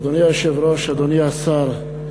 אדוני היושב-ראש, אדוני השר,